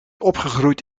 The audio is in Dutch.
opgegroeid